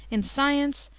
in science,